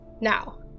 now